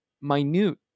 minute